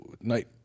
night